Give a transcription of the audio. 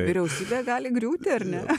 vyriausybė gali griūti ar ne